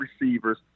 receivers